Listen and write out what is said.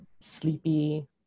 sleepy